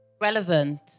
Relevant